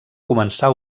començar